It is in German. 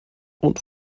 und